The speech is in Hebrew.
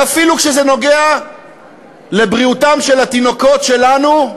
ואפילו כשזה נוגע לבריאותם של התינוקות שלנו.